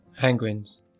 Penguins